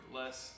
less